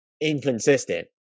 inconsistent